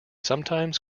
sometimes